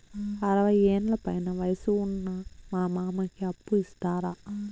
అరవయ్యేండ్ల పైన వయసు ఉన్న మా మామకి అప్పు ఇస్తారా